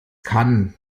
kann